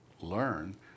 learn